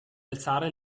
alzare